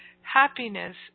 happiness